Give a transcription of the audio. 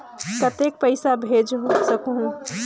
कतेक पइसा भेज सकहुं?